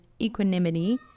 equanimity